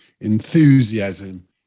enthusiasm